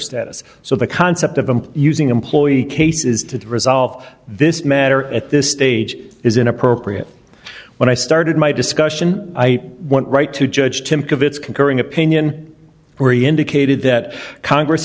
status so the concept of them using employee cases to resolve this matter at this stage is inappropriate when i started my discussion i want right to judge him of its concurring opinion where he indicated that congress